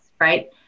right